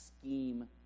scheme